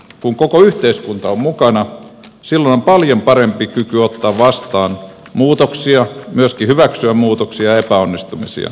kun koko yhteiskunta on mukana silloin on paljon parempi kyky ottaa vastaan muutoksia myöskin hyväksyä muutoksia ja epäonnistumisia